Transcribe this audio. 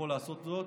יכול לעשות זאת.